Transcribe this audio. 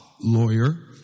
Lawyer